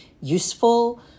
useful